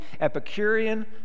Epicurean